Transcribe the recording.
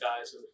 guys